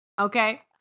Okay